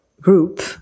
group